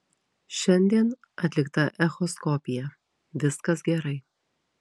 šiandien atlikta echoskopija viskas gerai